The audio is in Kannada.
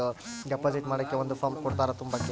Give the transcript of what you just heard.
ಡೆಪಾಸಿಟ್ ಮಾಡಕ್ಕೆ ಒಂದ್ ಫಾರ್ಮ್ ಕೊಡ್ತಾರ ತುಂಬಕ್ಕೆ